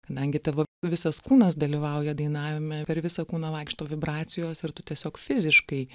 kadangi tavo visas kūnas dalyvauja dainavime per visą kūną vaikšto vibracijos ir tu tiesiog fiziškai